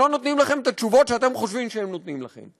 הם לא נותנים לכם את התשובות שאתם חושבים שהם נותנים לכם.